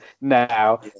now